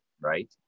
right